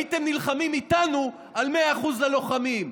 הייתם נלחמים איתנו על 100% ללוחמים.